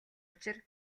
учир